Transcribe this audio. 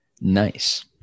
nice